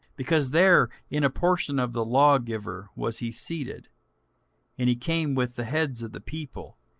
because there, in a portion of the lawgiver, was he seated and he came with the heads of the people,